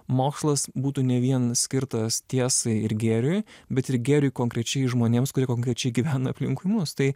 mokslas būtų ne vien skirtas tiesai ir gėriui bet ir gėriui konkrečiai žmonėms kurie konkrečiai gyvena aplink mus tai